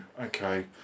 Okay